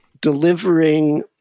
delivering